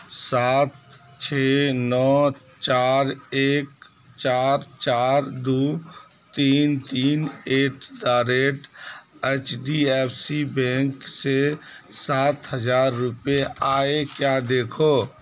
سات چھ نو چار ایک چار چار دو تین تین at the rate H D F C bank سے سات ہزار روپے آئے کیا دیکھو